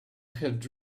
had